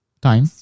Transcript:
Time